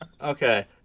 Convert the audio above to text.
Okay